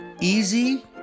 easy